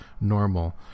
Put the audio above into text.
normal